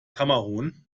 kamerun